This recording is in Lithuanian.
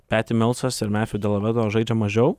peti milsas ir mefju delavedovo žaidžia mažiau